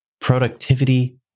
productivity